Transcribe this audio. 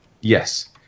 yes